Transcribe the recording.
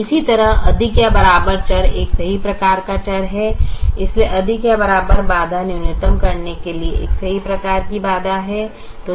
इसी तरह अधिक या बराबर चर एक सही प्रकार का चर है इसलिए अधिक या बराबर बाधा न्यूनतम करने के लिए एक सही प्रकार की बाधा है